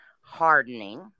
Hardening